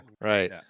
Right